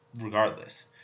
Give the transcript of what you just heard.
Regardless